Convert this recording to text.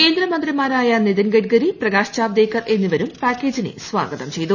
കേന്ദ്ര മന്ത്രിമാരായ നിതിൻ ഗഡ്കരി ഫ്രിക്ടാൾ ് ജാവദേക്കർ എന്നിവരും പാക്കേജിനെ സ്വാഗതം ചെയ്തു